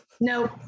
no